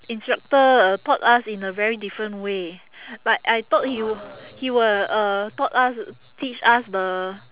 instructor uh taught us in a very different way like I thought he w~ he would uh taught us teach us the